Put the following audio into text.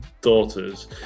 daughters